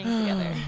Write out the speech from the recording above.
together